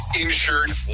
insured